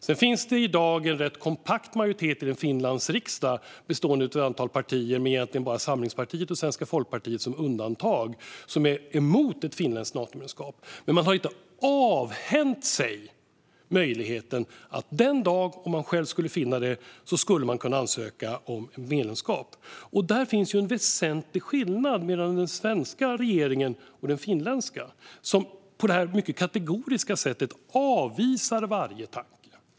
Sedan finns det i dag en rätt kompakt majoritet i Finlands riksdag, bestående av ett antal partier med egentligen bara Samlingspartiet och Svenska folkpartiet som undantag, som är emot ett finländskt Natomedlemskap. Men man har inte avhänt sig möjligheten. Om man en dag fann det nödvändigt skulle man kunna ansöka om medlemskap. Där finns en väsentlig skillnad mellan den finländska regeringen och den svenska, som på detta mycket kategoriska sätt avvisar varje tanke.